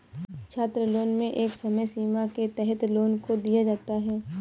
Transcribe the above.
छात्रलोन में एक समय सीमा के तहत लोन को दिया जाता है